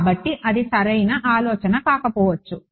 కాబట్టి అది సరైన ఆలోచన కాకపోవచ్చు